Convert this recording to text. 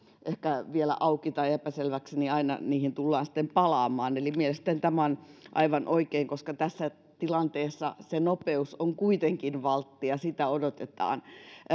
ehkä vielä auki tai epäselväksi aina tullaan sitten palaamaan mielestäni se on aivan oikein koska tässä tilanteessa nopeus on kuitenkin valttia ja sitä odotetaan